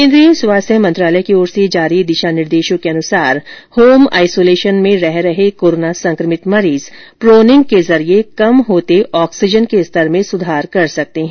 केन्द्रीय स्वास्थ्य मंत्रालय की ओर से जारी दिशानिर्देशों के अनुसार होम आईसोलेशन में रह रहे कोरोना संक्रमित मरीज प्रोनिंग के जरिये कम होते ऑक्सीजन के स्तर में सुधार कर सकते हैं